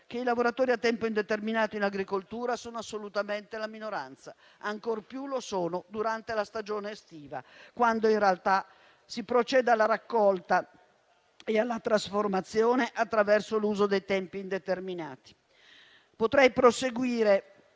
cui i lavoratori a tempo indeterminato in agricoltura sono assolutamente una minoranza; ancor più lo sono durante la stagione estiva, quando in realtà si procede alla raccolta e alla trasformazione attraverso l'uso dei tempi indeterminati. Potrei proseguire